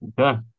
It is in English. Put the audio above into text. Okay